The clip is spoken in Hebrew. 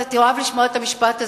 אתה תאהב לשמוע את המשפט הזה: